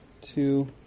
two